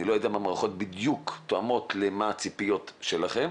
אני לא יודע אם המערכות בדיוק תואמות לציפיות שלכם,